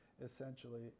essentially